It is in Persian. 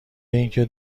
اینکه